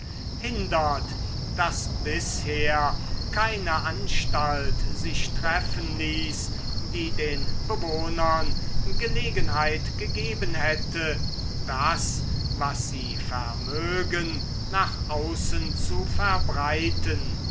hindert daß bisher keine anstalt sich treffen ließ die den bewohnern gelegenheit gegeben hätte das was sie vermögen nach außen zu verbreiten